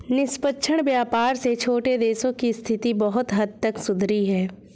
निष्पक्ष व्यापार से छोटे देशों की स्थिति बहुत हद तक सुधरी है